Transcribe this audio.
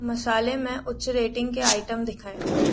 मसाले में उच्च रेटिंग के आइटम दिखाएँ